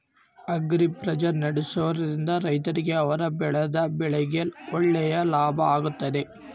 Agri bazaar ನಡೆಸ್ದೊರಿಂದ ರೈತರಿಗೆ ಅವರು ಬೆಳೆದ ಬೆಳೆಗೆ ಒಳ್ಳೆ ಲಾಭ ಆಗ್ತೈತಾ?